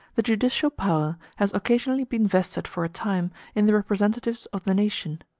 the judicial power has occasionally been vested for a time in the representatives of the nation.